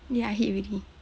ya I hit already